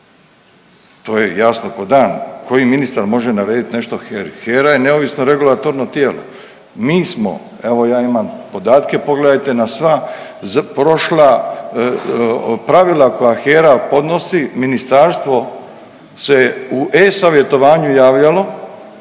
to je jasno ko dan, koji ministar može naredit HERA-i, HERA je neovisno regulatorno tijelo. Mi smo, evo ja imam podatke, pogledajte na sva prošla pravila koja HERA podnosi, ministarstvo se u e-savjetovanju javljalo,